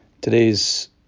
Today's